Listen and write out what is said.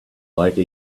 late